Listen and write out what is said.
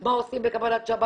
מה עושים בקבלת שבת,